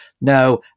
No